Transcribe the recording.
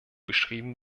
beschrieben